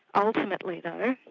ultimately though,